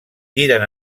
tiren